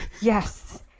yes